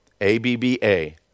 A-B-B-A